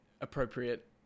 appropriate